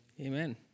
Amen